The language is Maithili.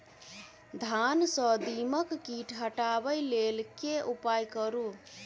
धान सँ दीमक कीट हटाबै लेल केँ उपाय करु?